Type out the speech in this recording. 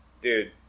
dude